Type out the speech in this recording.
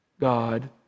God